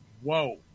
whoa